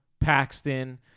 Paxton –